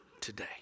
today